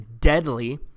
Deadly